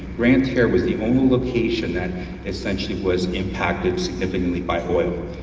grande terre was the only location that essentially was impacted significantly by oil.